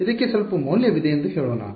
ಇದಕ್ಕೆ ಸ್ವಲ್ಪ ಮೌಲ್ಯವಿದೆ ಎಂದು ಹೇಳೋಣ